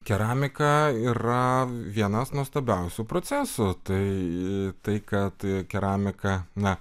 keramika yra vienas nuostabiausių procesų tai tai kad keramika na